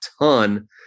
ton